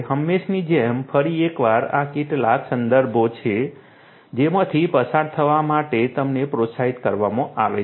હંમેશની જેમ ફરી એકવાર આ કેટલાક સંદર્ભો છે જેમાંથી પસાર થવા માટે તમને પ્રોત્સાહિત કરવામાં આવે છે